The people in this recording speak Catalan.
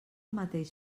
mateix